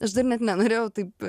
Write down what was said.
aš dar net nenorėjau taip